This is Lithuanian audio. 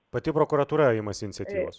pati prokuratūra imasi iniciatyvos